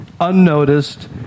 unnoticed